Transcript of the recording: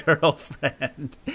girlfriend